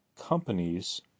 companies